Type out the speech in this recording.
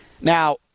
Now